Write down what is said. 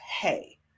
hey